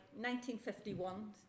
1951